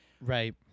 right